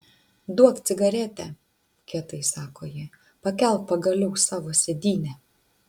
duok cigaretę kietai sako ji pakelk pagaliau savo sėdynę